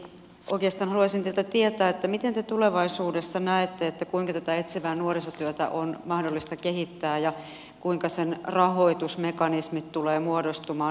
oikeastaan haluaisin teiltä tietää miten te näette kuinka tätä etsivää nuorisotyötä on tulevaisuudessa mahdollista kehittää ja kuinka sen rahoitusmekanismit tulevat muodostumaan